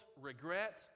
regret